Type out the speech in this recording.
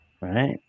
right